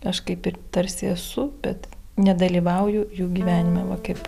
aš kaip ir tarsi esu bet nedalyvauju jų gyvenime va kaip